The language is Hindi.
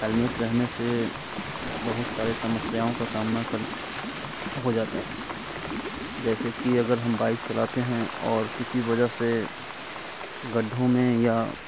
हैलमेट रहने से बहुत सारे समस्याओं का सामना कर हो जाता है जैसे कि अगर हम बाइक चलाते हैं और किसी वजह से गड्ढों में या